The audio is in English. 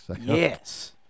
yes